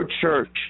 church